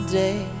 day